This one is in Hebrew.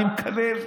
אני מקלל?